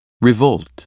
Revolt